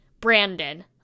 Brandon